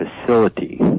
facility